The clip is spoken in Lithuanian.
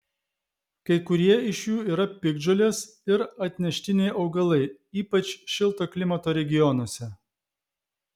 kai kurie iš jų yra piktžolės ir atneštiniai augalai ypač šilto klimato regionuose